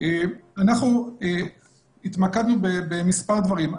אנחנו התמקדנו במספר דברים.